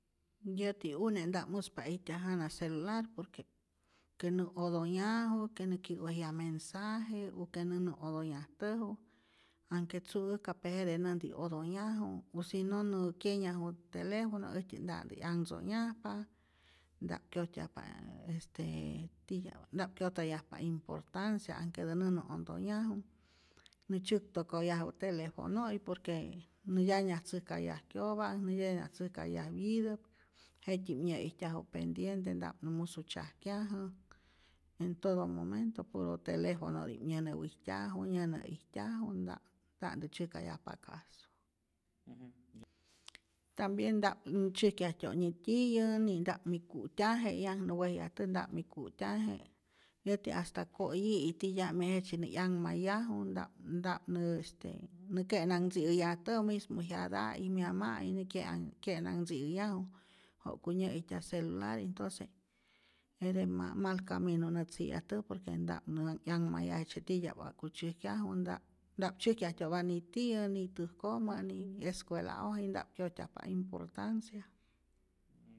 Yäti une' nta'p muspa ijtyaj jana celular por que que nä otonhyaju, que nä kyä'wejyaj mensaje, u que nä na'otonhyajtäju, anhke tzu'äjka'p pe jete nänti otonhyaju, u si no nä kyenyaju telefono, äjtyä' nta'ntä 'yanhtzonhyajpa, nta'p kyojtyajpa este tityap nta'p kyojtayajpa importancia anhketä nä nä'ontonhyaju, nä tzyäktokoyaju telefono'i por que nä ntyañatzäjkayaj kyopa'k, nä ntyañatzäjkayaj wyitap, jet'tyi'p nyä'ijtyaju pendiente, nta'p nä musu tzyajkyajä, en todo momento puro telefonoti'p nyänäwijtyaju, nyänä'ijtyaju, nta'p nta'ntä tzyäjkayajpa caso, tambien nta'p nä tzyäjkyajtyo' nitiyä, ni'nta'p mi ku'tyaje, 'yak nä wejyajtäj nta'p mi ku'tyaje, yäti hasta ko'yi'i titya'mi jejtzye nä 'yanhmayaju, nta'p nta'p nä este nä ke'nanhtziyajtäju mismo jyata'i, myama'i nä kyean kye'nanhtzi'yaju ja'ku nya'ijtyaj celular, entonce jete ma mal camino nä tzi'yajtäj, por que nta'p nä manh 'yanhmayaje jejtzye titya'p wa'ku tzyäjkyaju, nta'p nta'p tzyäjkyajtyo'pa nitiyä, ni täjkojmä ni escuela'oji nta'p kyojtyajpa importancia.